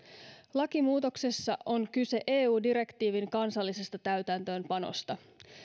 lakimuutoksessa on kyse eu direktiivin kansallisesta täytäntöönpanosta